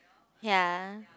ya